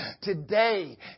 Today